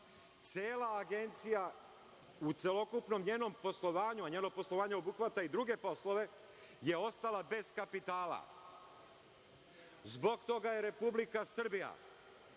Cela Agencija u celokupnom njenom poslovanju, a njeno poslovanje obuhvata i druge poslove je ostala bez kapitala i zbog toga je Republika Srbija